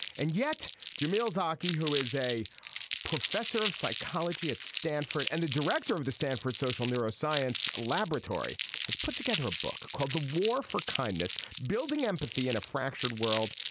and yet jameel zaki who is a professor of psychology at stanford and the director of the stanford social neuroscience laboratory has put together a book called the war for kindness building empathy in a fractured world.